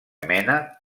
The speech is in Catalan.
mena